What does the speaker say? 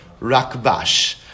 Rakbash